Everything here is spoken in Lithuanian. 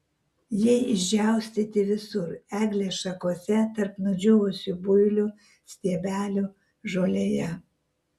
jie išdžiaustyti visur eglės šakose tarp nudžiūvusių builių stiebelių žolėje